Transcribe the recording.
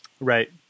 Right